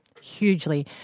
Hugely